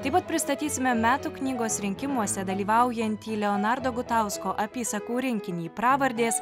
taip pat pristatysime metų knygos rinkimuose dalyvaujantį leonardo gutausko apysakų rinkinį pravardės